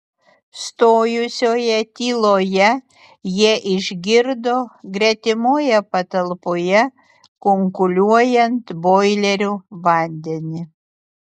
stojusioje tyloje jie išgirdo gretimoje patalpoje kunkuliuojant boilerio vandenį